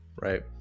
right